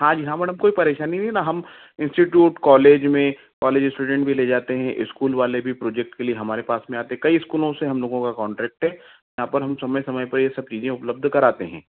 हाँ जी हाँ मैडम कोई परेशानी नहीं ना हम इंस्टिट्यूट कॉलेज में कॉलेज स्टूडेंट भी ले जाते हैं स्कूल वाले भी प्रोजेक्ट के लिए हमारे पास में आते है कई स्कूलो में हम लोगों का कॉन्ट्रैक्ट है यहाँ पर हम समय समय पर यह सब चीज़ें उपलब्ध कराते हैं